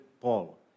Paul